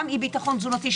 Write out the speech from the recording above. גם אי ביטחון תזונתי,